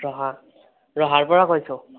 ৰহা ৰহাৰ পৰা কৈছোঁ